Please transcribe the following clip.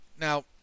now